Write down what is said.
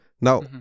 Now